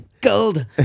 Gold